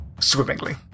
swimmingly